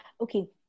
Okay